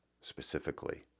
specifically